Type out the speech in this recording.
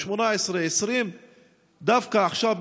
18 20. דווקא עכשיו,